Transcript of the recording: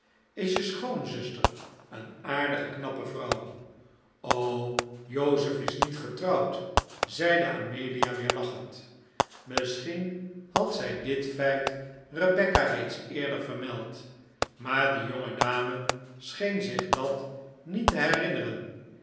is je schoonzuster een aardige knappe vrouw jos is niet getrouwd zeide amelia weer lachend misschien had zij dit feit rebecca reeds eerder vermeld maar die jonge dame scheen zich dat niet te herinneren